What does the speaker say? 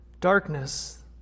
darkness